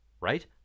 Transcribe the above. Right